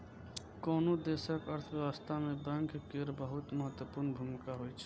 कोनो देशक अर्थव्यवस्था मे बैंक केर बहुत महत्वपूर्ण भूमिका होइ छै